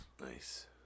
Nice